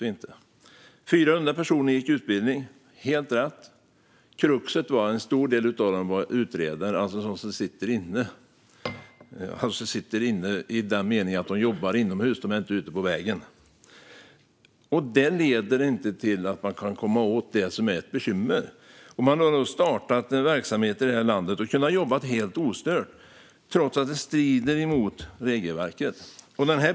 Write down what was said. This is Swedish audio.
Det är helt rätt att 400 personer gick utbildningen. Kruxet var att en stor del av dem var utredare, alltså sådana som sitter inne - i den meningen att de jobbar inomhus. De är inte ute på vägen. Det leder inte till att vi kan komma åt det som är bekymret. Man har kunnat starta verksamhet i det här landet och jobba helt ostört trots att det strider mot regelverket.